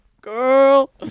girl